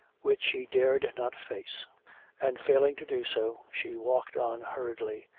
which she dared not face and failing to do so, she walked on hurriedly,